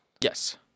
Yes